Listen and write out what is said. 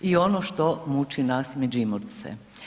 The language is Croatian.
I ono što muči nas Međimurce.